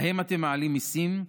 להם אתם מעלים מיסים?